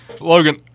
Logan